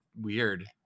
weird